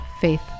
faith